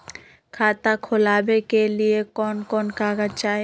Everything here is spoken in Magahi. खाता खोलाबे के लिए कौन कौन कागज चाही?